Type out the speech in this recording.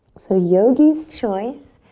so yogi's choice.